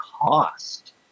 cost